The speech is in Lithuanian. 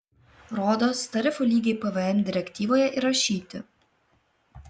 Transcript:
rodos tarifų lygiai pvm direktyvoje įrašyti